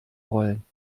rollen